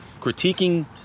critiquing